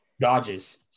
Dodges